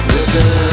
Listen